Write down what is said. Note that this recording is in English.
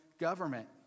government